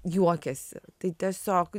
juokiasi tai tiesiog